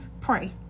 pray